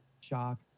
shock